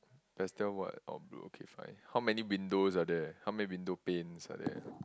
that still what or blue okay fine how many windows are there how many window panes are there